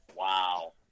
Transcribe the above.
Wow